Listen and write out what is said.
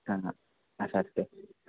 हां हां असं वाटत आहे